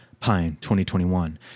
PINE2021